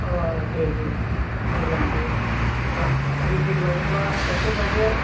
अ दे दे मोजां बेयो दा रिपिट लायोब्ला खायसे खायसे